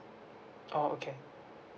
oh okay